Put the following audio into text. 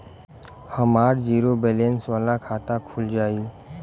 हमार zero balance वाला खाता खुल जाई?